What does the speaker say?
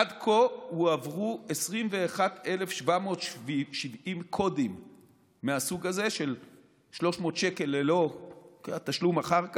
עד כה הועברו 21,770 קודים מהסוג הזה של 300 שקל ללא תשלום אחר,